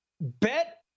bet